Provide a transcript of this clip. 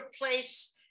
place